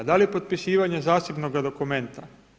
Da li potpisivanjem zasebnoga dokumenta?